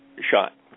shot